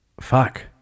fuck